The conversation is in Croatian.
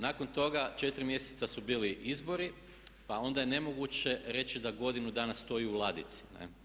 Nakon toga 4 mjeseca su bili izbori pa onda je nemoguće reći da godinu dana stoji u ladici.